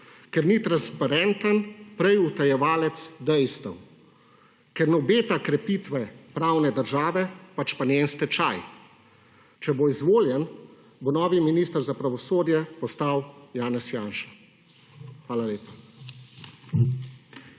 ker ni transparenten, prej utajevalec dejstev; ker ne obeta krepitve pravne države, pač pa njen stečaj. Če bo izvoljen, bo novi minister za pravosodje postal Janez Janša. Hvala lepa.